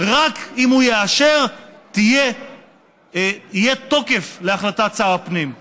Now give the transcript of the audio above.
רק אם הוא יאשר יהיה תוקף להחלטת שר הפנים.